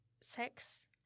sex